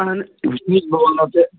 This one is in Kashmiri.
اَہَن وُچھ بہٕ وَنہو تۄہہِ